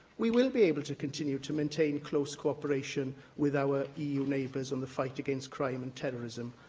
we will be able to continue to maintain close co-operation with our eu neighbours on the fight against crime and terrorism.